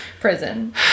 prison